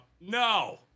No